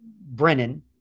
Brennan